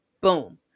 Boom